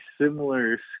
similar